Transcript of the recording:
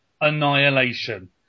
Annihilation